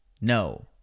No